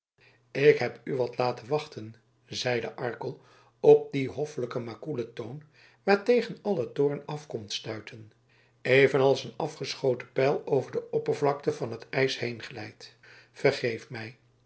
ik heb u wat laten wachten zei de arkel op dien hoffelijken maar koelen toon waartegen alle toorn af komt stuiten evenals een afgeschoten pijl over de oppervlakte van het ijs heenglijdt vergeef mij